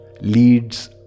leads